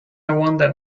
wonder